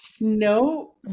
No